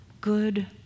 Good